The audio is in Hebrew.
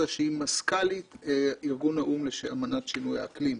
שהיא מזכ"לית ארגון האו"ם לאמנת שינוי האקלים.